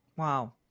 Wow